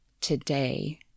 today